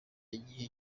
igihe